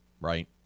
right